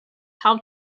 help